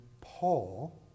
Paul